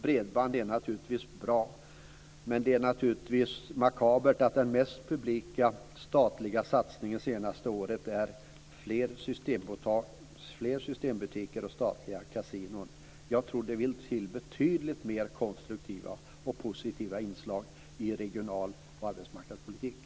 Bredband är naturligtvis bra, men det är makabert att den mest publika statliga satsningen under det senaste året är fler systembolag och statliga kasinon. Jag tror att det vill till betydligt mer konstruktiva och positiva inslag i regional och arbetsmarknadspolitiken.